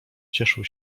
cieszył